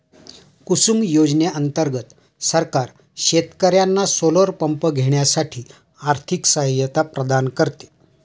कुसुम योजने अंतर्गत सरकार शेतकर्यांना सोलर पंप घेण्यासाठी आर्थिक सहायता प्रदान करते